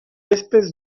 espèces